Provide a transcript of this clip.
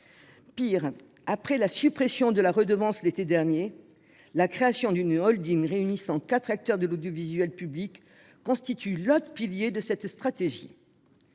Pis, après la suppression de la redevance l'été dernier, la création d'une holding réunissant quatre acteurs de l'audiovisuel public constitue l'autre pilier de cette stratégie.